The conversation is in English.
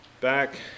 back